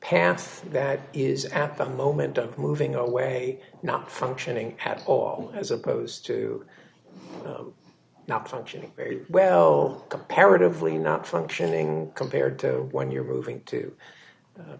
path that is at the moment of moving away not functioning had all as opposed to not functioning very well comparatively not functioning compared to when you're moving to